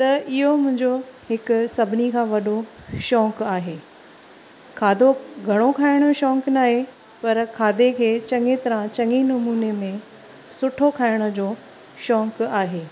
त इहो मुंहिंजो हिकु सभिनी खां वॾो शौक़ु आहे खाधो घणो खाइण जो शौक़ु नाहे पर खाधे खे चङी तरह चङे नमूने में सुठो खाइण जो शौक़ु आहे